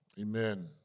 Amen